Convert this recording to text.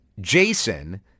jason